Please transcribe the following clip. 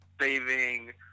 saving